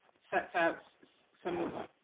sets out some of